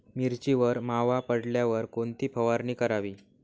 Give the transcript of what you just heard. मिरचीवर मावा पडल्यावर कोणती फवारणी करावी?